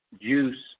juice